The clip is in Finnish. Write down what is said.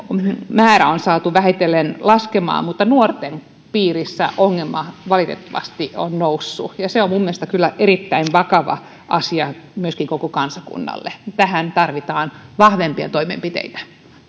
määrä on saatu vähitellen laskemaan mutta nuorten piirissä ongelma valitettavasti on kasvanut se on minun mielestäni kyllä erittäin vakava asia myöskin koko kansakunnalle tähän tarvitaan vahvempia toimenpiteitä